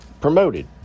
promoted